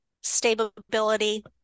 stability